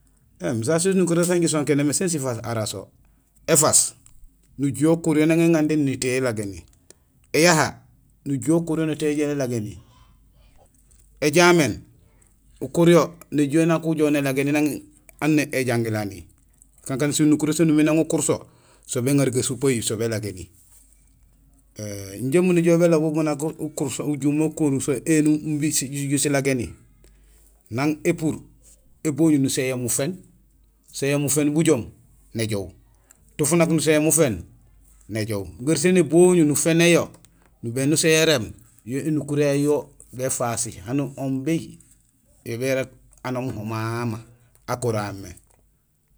Ēém sa sinukuréén san jisonkénémé sin sifaas araso. Ēfaas nujuhé ukur yo nang éŋandéni nétéyul élagéni, éyaha nujuhé ukur yo nétéy jo élagéni, éjaméén ukur yo, néjuhé nak ujoow nélagéni nang aan néjangilani. Kankaan sinukuréén sa numiré nang ukur so, so béŋaar gasupehi so bélagéni. Ēé injé umu nejool bélobul mu nak ukur so, ukenum éni imbi siju silagéni; nang épuur, éboñul nuséén yo muféén. Usin yo muféén bujoom néjoow, tufunak nusin yo muféén néjoow, garsee néboñul nufénin yo, nubénéén usin yo éréém, yo énukuréén yayu yo béfasi; hani on béy, yo bérok anoom ho mama akuréhaam mé.